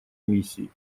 миссии